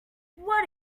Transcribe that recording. what